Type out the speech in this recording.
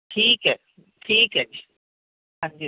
ਠੀਕ ਹੈ ਠੀਕ ਹੈ ਜੀ ਹਾਂਜੀ